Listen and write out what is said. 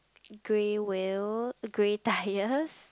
grey wheel grey tyres